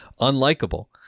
unlikable